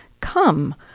come